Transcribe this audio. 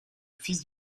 fils